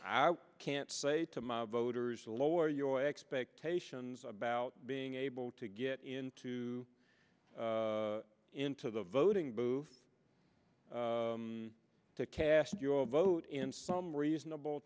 i can't say to my voters to lower your expectations about being able to get into into the voting booth to cast your vote in some reasonable